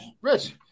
Rich